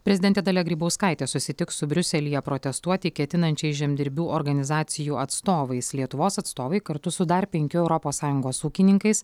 prezidentė dalia grybauskaitė susitiks su briuselyje protestuoti ketinančiais žemdirbių organizacijų atstovais lietuvos atstovai kartu su dar penkių europos sąjungos ūkininkais